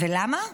למה?